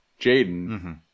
Jaden –